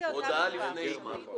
הודעה לפני עיקול.